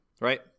right